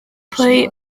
pwy